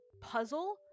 puzzle